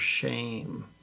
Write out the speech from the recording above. shame